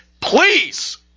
please